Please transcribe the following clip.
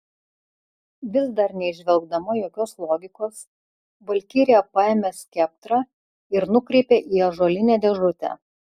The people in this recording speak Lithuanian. vis dar neįžvelgdama jokios logikos valkirija paėmė skeptrą ir nukreipė į ąžuolinę dėžutę